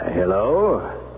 Hello